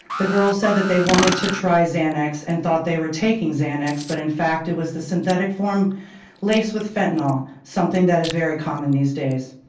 the girls said that they wanted to try xanax and thought they were taking xanax but in fact it was the synthetic form laced with fentanyl, something that is very common these days.